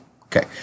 Okay